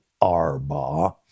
Arba